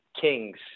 kings